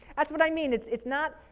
that's what i mean. it's it's not,